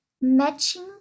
matching